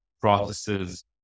processes